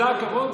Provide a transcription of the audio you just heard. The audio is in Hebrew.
זה הכבוד?